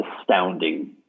astounding